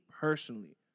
personally